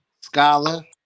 Scholar